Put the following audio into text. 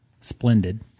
splendid